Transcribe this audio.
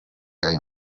aya